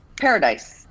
paradise